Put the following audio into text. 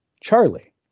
Charlie